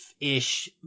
ish